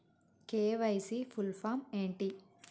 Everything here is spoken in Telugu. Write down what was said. కే.వై.సీ ఫుల్ ఫామ్ ఏంటి?